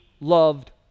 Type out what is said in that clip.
loved